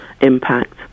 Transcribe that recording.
impact